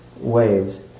waves